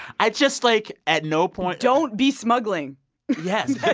i just, like, at no point. don't be smuggling yes